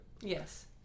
yes